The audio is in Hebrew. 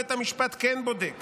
בית המשפט כן בודק